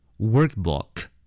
Workbook